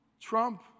Trump